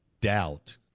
doubt